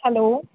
hello